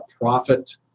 profit